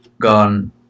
gone